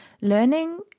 learning